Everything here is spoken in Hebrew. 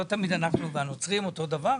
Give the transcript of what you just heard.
לא תמיד אנחנו והנוצרים אותו דבר,